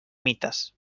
mites